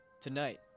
Tonight